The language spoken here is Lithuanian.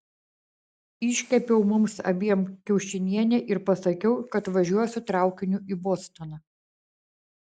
iškepiau mums abiem kiaušinienę ir pasakiau kad važiuosiu traukiniu į bostoną